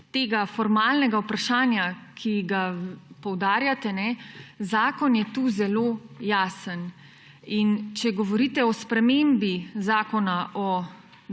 tega formalnega vprašanja, ki ga poudarjate, je zakon tu zelo jasen. Če govorite o spremembi Zakona o